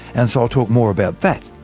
and so i'll talk more about that,